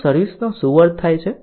તો સર્વિસ નો શું અર્થ થાય છે